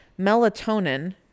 melatonin